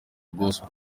gospel